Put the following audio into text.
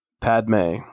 Padme